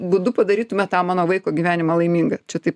būdu padarytume tą mano vaiko gyvenimą laimingą čia taip